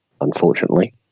unfortunately